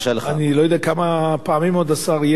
אני לא יודע כמה פעמים עוד השר יהיה פה אתנו,